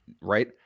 right